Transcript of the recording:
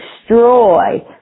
destroy